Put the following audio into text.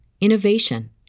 innovation